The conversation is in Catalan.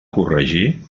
corregir